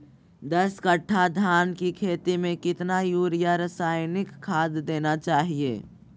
दस कट्टा धान की खेती में कितना यूरिया रासायनिक खाद देना चाहिए?